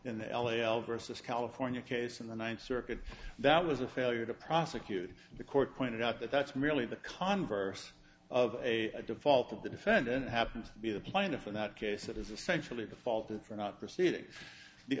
in the l a l versus california case in the ninth circuit that was a failure to prosecute the court pointed out that that's merely the converse of a default that the defendant happens to be the plaintiff in that case it is essentially the fault for not proceeding the